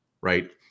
right